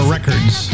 Records